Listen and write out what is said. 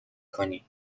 کنی